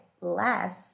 less